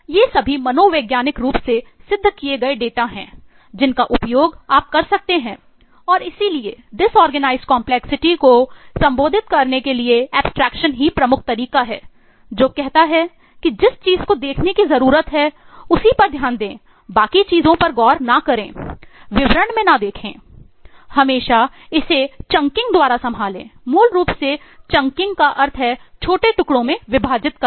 ये सभी मनोवैज्ञानिक रूप से सिद्ध किए गए डेटा हैं जिनका उपयोग आप कर सकते हैं और इसलिए डिसऑर्गेनाइजड कंपलेक्सिटी का अर्थ है छोटे टूकड़ों में विभाजित करना